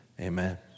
amen